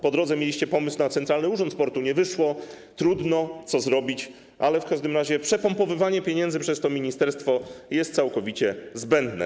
Po drodze mieliście pomysł na centralny urząd sportu, nie wyszło, trudno, co zrobić, ale w każdym razie przepompowywanie pieniędzy przez to ministerstwo jest całkowicie zbędne.